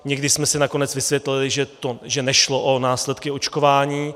Někdy jsme si nakonec vysvětlili, že nešlo o následky očkování.